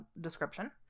description